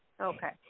Okay